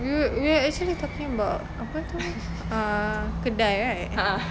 we we are actually talking about apa tu uh kedai right